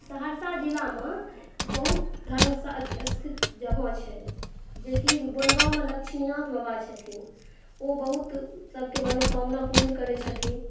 सहरसा जिलामे बहुत स्थित जगह छै जेकि वनगांवमे लक्ष्मीनाथ बाबा छथिन ओ बहुत सभकेँ मनोकामना पुर्ण करै छथिन